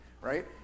right